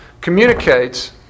communicates